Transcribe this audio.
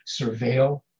surveil